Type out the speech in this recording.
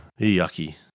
Yucky